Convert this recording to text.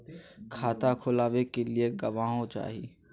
खाता खोलाबे के लिए गवाहों चाही?